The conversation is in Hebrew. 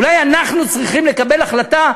אולי אנחנו צריכים לקבל החלטה,